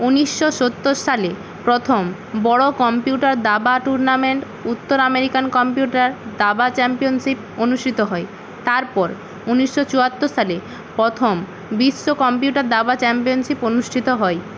উনিশশো সত্তর সালে প্রথম বড় কম্পিউটার দাবা টুর্নামেন্ট উত্তর আমেরিকান কম্পিউটার দাবা চ্যাম্পিয়নশিপ অনুষ্ঠিত হয় তারপর উনিশশো চুয়াত্তর সালে প্রথম বিশ্ব কম্পিউটার দাবা চ্যাম্পিয়নশিপ অনুষ্ঠিত হয়